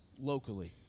locally